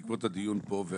בעקבות הדיון פה,